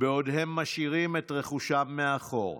בעוד הם משאירים את רכושם מאחור.